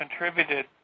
contributed